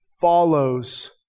follows